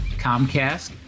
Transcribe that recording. Comcast